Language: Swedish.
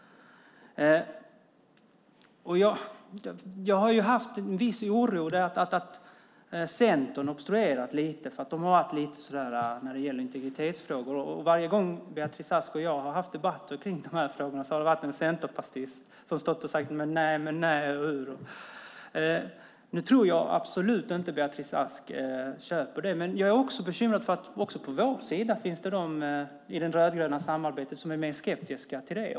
Jag har känt viss oro i och med att Centern har obstruerat lite. Det har varit lite oklart i integritetsfrågor. Varje gång Beatrice Ask och jag har haft debatter i de här frågorna har det varit en centerpartist som stått och frågat om när och hur. Nu tror jag absolut inte att Beatrice Ask köper det. Men också på vår sida i det rödgröna samarbetet finns det de som är mer skeptiska till det.